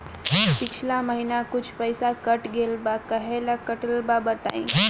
पिछला महीना कुछ पइसा कट गेल बा कहेला कटल बा बताईं?